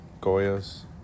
Goya's